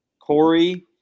Corey